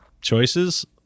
choices